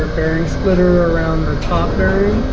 bearing splitter around the top bearing